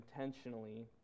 intentionally